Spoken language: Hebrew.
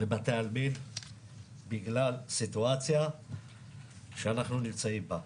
לבתי עלמין בגלל סיטואציה שאנחנו נמצאים בה.